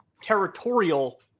territorial